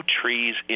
trees